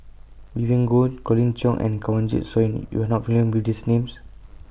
Vivien Goh Colin Cheong and Kanwaljit Soin YOU Are not familiar with These Names